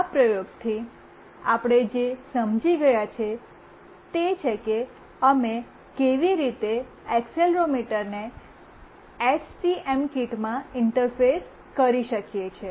આ પ્રયોગથી આપણે જે સમજી ગયા છે તે છે કે અમે કેવી રીતે એક્સેલરોમીટરને એસટીએમ કીટમાં ઇન્ટરફેસ કરી શકીએ છીએ